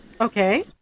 Okay